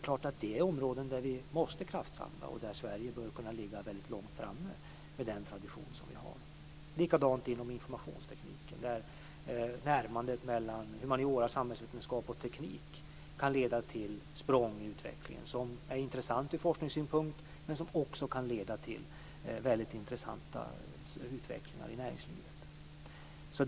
På dessa områden måste vi kraftsamla, och Sverige bör kunna ligga väldigt långt framme med den tradition som vi har. Det är likadant inom informationstekniken, där närmandet mellan humaniora, samhällsvetenskap och teknik kan leda till språng i utvecklingen som är intressanta ur forskningssynpunkt men som också kan ge väldigt intressanta utvecklingar i näringslivet.